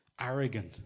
arrogant